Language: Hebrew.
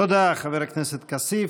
תודה, חבר הכנסת כסיף.